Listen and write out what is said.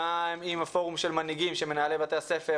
גם עם הפורום של מנהיגים של מנהלי בתי הספר